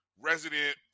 resident